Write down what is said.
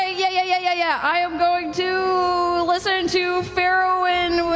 ah yeah yeah i am going to listen to farriwen,